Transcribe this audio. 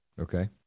Okay